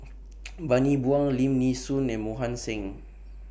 Bani Buang Lim Nee Soon and Mohan Singh